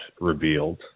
revealed